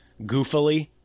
goofily